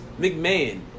McMahon